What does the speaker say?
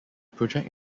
project